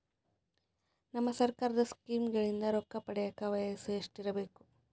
ನಮ್ಮ ಸರ್ಕಾರದ ಸ್ಕೀಮ್ಗಳಿಂದ ರೊಕ್ಕ ಪಡಿಯಕ ವಯಸ್ಸು ಎಷ್ಟಿರಬೇಕು?